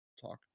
Talk